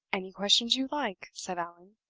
any questions you like, said allan,